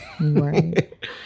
Right